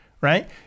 right